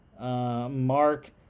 Mark